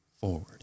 forward